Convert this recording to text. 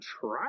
try